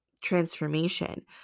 transformation